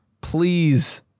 please